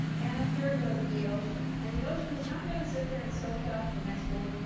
and a third goes into the ocean. and the ocean is not going to sit there and soak up the next forty,